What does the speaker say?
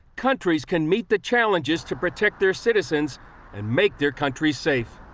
countries can meet the challenges to protect their citizens and make their countries safe.